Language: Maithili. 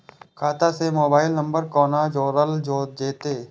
खाता से मोबाइल नंबर कोना जोरल जेते?